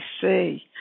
see